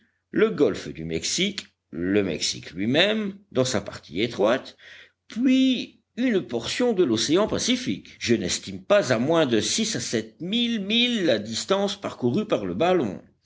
le golfe du mexique le mexique lui-même dans sa partie étroite puis une portion de l'océan pacifique je n'estime pas à moins de six à sept mille milles la distance parcourue par le ballon